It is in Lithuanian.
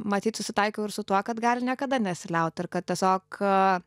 matyt susitaikiau ir su tuo kad gali niekada nesiliauti ir kad tiesiog a